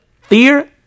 fear